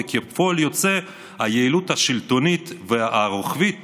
וכפועל יוצא היעילות השלטונית והרוחבית תיפגע.